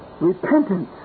Repentance